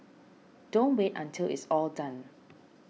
don't wait until it's all done